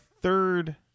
third